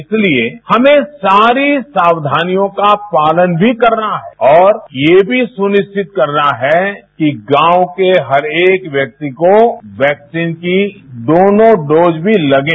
इसीलिए हमें सारी सावधानियों का पालन भी करना है और यह भी सुनिश्चित करना है कि गांव के हरेक व्यक्ति को वैक्सीन की दोनों डोज भी लगें